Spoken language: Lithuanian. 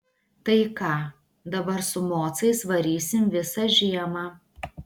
tai ką dabar su mocais varysim visą žiemą